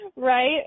Right